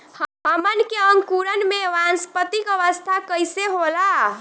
हमन के अंकुरण में वानस्पतिक अवस्था कइसे होला?